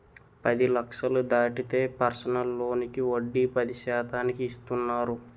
పది లక్షలు దాటితే పర్సనల్ లోనుకి వడ్డీ పది శాతానికి ఇస్తున్నారు